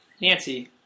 Nancy